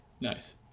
Nice